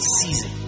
season